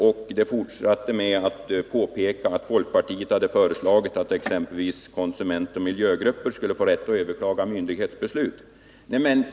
Texten fortsatte med påpekandet att folkpartiet hade föreslagit att exempelvis konsumentoch miljögrupper skulle få rätt att överklaga myndighetsbeslut.